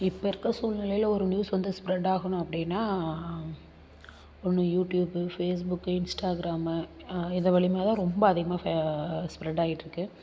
இப்போ இருக்கற சூழ்நிலையில் ஒரு நியூஸ் வந்து ஸ்ப்ரெட்டாகணும் அப்படினா ஒன்னு யூடியூப்பு ஃபேஸ்புக்கு இன்ஸ்டாகிராமு இது வழியா தான் ரொம்ப அதிகமாக ஸ்ப்ரெட்டாயிட்டிருக்கு